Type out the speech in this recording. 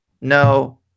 no